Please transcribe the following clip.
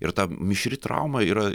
ir ta mišri trauma yra